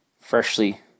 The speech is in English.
freshly